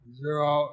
zero